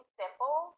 simple